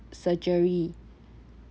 surgery